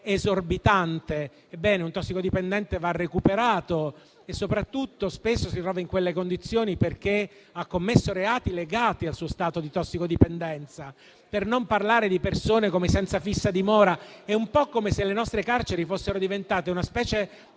esorbitante; ebbene un tossicodipendente va recuperato e spesso si trova in quelle condizioni perché ha commesso reati legati al suo stato di tossicodipendenza. Per non parlare delle persone senza fissa dimora. È un po' come se le nostre carceri fossero diventate una specie